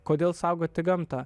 kodėl saugoti gamtą